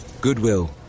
Goodwill